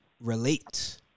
relate